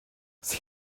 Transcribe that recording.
sie